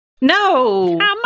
No